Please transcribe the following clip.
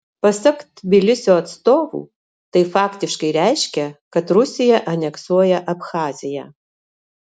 pasak tbilisio atstovų tai faktiškai reiškia kad rusija aneksuoja abchaziją